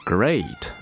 Great